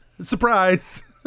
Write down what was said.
Surprise